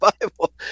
Bible